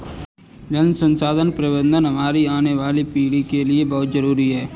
जल संसाधन प्रबंधन हमारी आने वाली पीढ़ी के लिए बहुत जरूरी है